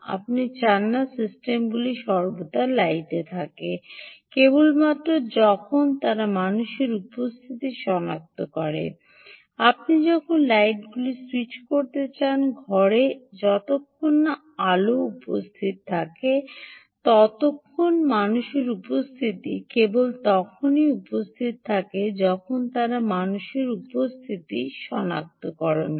আপনি চান না সিস্টেমগুলি সর্বদা লাইট রাখে কেবলমাত্র যখন তারা মানুষের উপস্থিতি সনাক্ত করে আপনি যখন লাইটগুলি স্যুইচ করতে চান ঘরে যতক্ষণ না আলো উপস্থিত থাকে যতক্ষণ না মানুষের উপস্থিতি থাকে কেবল তখনই মানুষের উপস্থিতি সনাক্ত করে